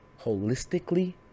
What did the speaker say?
holistically